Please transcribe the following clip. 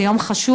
זה יום חשוב,